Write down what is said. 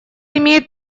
имеет